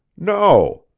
no,